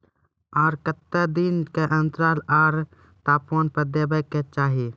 आर केते दिन के अन्तराल आर तापमान पर देबाक चाही?